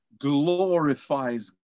glorifies